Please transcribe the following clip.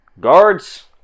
guards